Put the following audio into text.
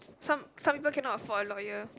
some some people cannot afford a lawyer